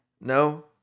no